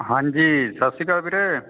ਹਾਂਜੀ ਸਤਿ ਸ਼੍ਰੀ ਅਕਾਲ ਵੀਰੇ